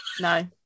No